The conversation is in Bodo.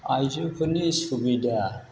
आइजोफोरनि सुबिदा